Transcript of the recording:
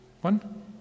One